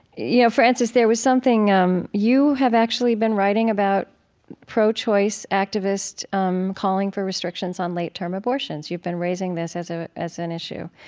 you know, frances, there was something um you have actually been writing about pro-choice activists um calling for restrictions on late-term abortions. you've been raising this as ah as an issue.